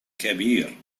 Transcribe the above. كبير